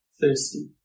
thirsty